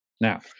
Now